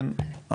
כן,